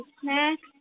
snacks